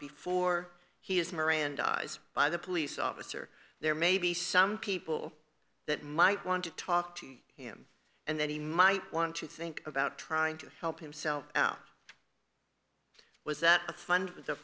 mirandized by the police officer there may be some people that might want to talk to him and then he might want to think about trying to help himself out was that